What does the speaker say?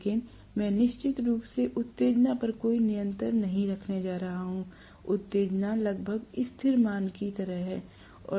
लेकिन मैं निश्चित रूप से उत्तेजना पर कोई नियंत्रण नहीं रखने जा रहा हूं उत्तेजना लगभग स्थिर मान की तरह है